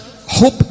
hope